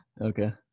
Okay